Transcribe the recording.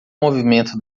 movimento